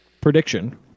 prediction